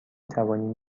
توانیم